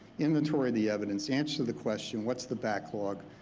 inventory the evidence, answer the question what's the backlog,